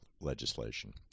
legislation